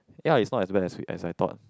ya it's not bad as I thought